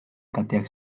kateak